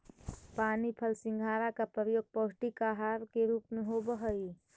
पानी फल सिंघाड़ा का प्रयोग पौष्टिक आहार के रूप में होवअ हई